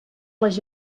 les